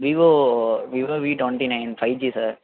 Vivo Vivo V twenty nine five G sir